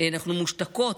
אנחנו מושתקות,